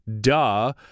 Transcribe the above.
duh